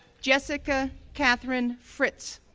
jessica katherine fritts,